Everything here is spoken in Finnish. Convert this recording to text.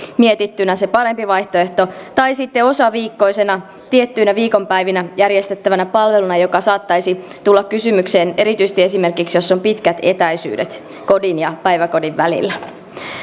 mietittynä se parempi vaihtoehto tai sitten osaviikkoisena tiettyinä viikonpäivinä järjestettävänä palveluna joka saattaisi tulla kysymykseen erityisesti esimerkiksi jos on pitkät etäisyydet kodin ja päiväkodin välillä